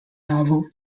novel